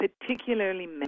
particularly